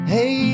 Hey